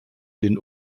den